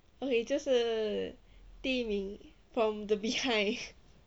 okay 就是第一名 from the behind